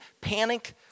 panic